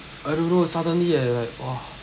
I don't know suddenly eh like !wah!